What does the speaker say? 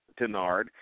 Denard